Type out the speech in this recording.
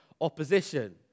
opposition